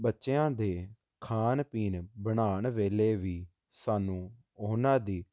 ਬੱਚਿਆਂ ਦੇ ਖਾਣ ਪੀਣ ਬਣਾਉਣ ਵੇਲੇ ਵੀ ਸਾਨੂੰ ਉਹਨਾਂ ਦੀ